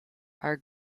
are